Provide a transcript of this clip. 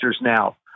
now